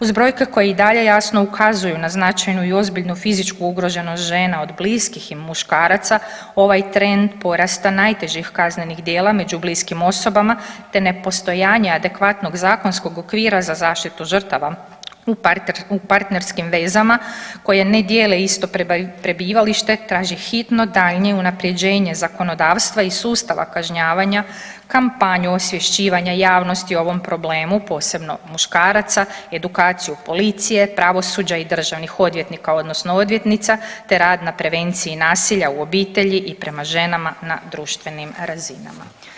Uz brojke koje i dalje jasno ukazuju na značajnu i ozbiljnu fizičku ugroženost žena od bliskih i muškaraca ovaj trend porasta najtežih kaznenih djela među bliskim osobama, te nepostojanja adekvatnog zakonskog okvira za zaštitu žrtava u partnerskim vezama koje ne dijele isto prebivalište traži hitno daljnje unapređenje zakonodavstva i sustava kažnjavanja kampanju osvješćivanja javnosti o ovom problemu, posebno muškaraca, edukaciju policije, pravosuđa i državnih odvjetnika odnosno odvjetnica te rad na prevenciji nasilja u obitelji i prema ženama na društvenim razinama.